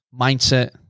mindset